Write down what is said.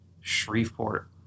Shreveport